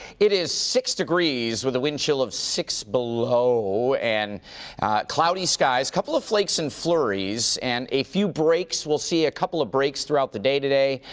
it is six degrees with a wind chill of six below, and cloudy skies, a couple of flakes and flurries, and a few breaks. we'll see a couple of breaks throughout the day today.